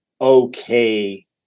okay